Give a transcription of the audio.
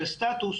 של סטטוס